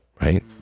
right